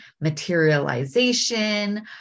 materialization